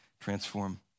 transform